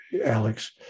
Alex